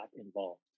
involved